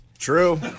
True